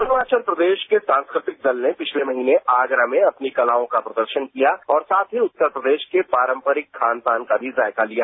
अरुणाचल प्रदेश के सांस्कृतिक दल ने पिछले महीने आगता में अपनी कलाओं का प्रदर्शन किया और साथ ही जत्तर प्रदेश के पारपरिक खान पान का भी जायका लिया